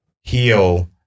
heal